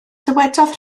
dywedodd